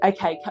Okay